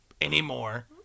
anymore